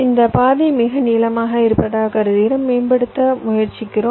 இந்த பாதை மிக நீளமாக இருப்பதாக கருதுகிறோம் மேம்படுத்த முயற்சிக்கிறோம்